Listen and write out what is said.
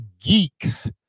geeks